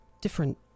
different